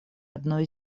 одной